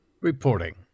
reporting